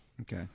Okay